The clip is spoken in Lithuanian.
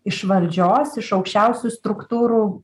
iš valdžios iš aukščiausių struktūrų